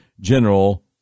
general